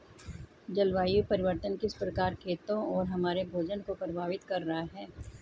जलवायु परिवर्तन किस प्रकार खेतों और हमारे भोजन को प्रभावित कर रहा है?